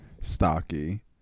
stocky